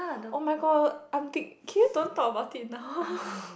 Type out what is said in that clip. oh-my-god I'm think can you don't about it now